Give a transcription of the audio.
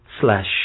slash